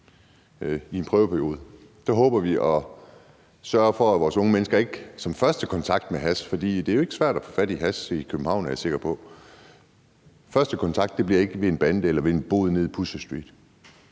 i en prøveperiode håber vi, at vi kan sørge for, at vores unge menneskers første kontakt med hash – og det jo ikke svært at få fat i hash i København er jeg sikker på – ikke bliver med en bande eller ved en bod nede i Pusher Street,